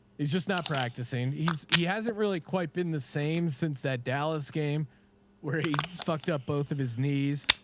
he's just not practicing. he's he hasn't really quite been the same since that dallas game where he fucked up both of his knees,